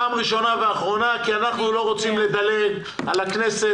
זאת פעם ראשונה ואחרונה כי אנחנו לא רוצים לדלג על הכנסת